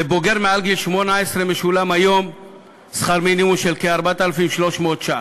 לבוגר מעל גיל 18 משולם היום שכר מינימום של כ-4,300 ש"ח,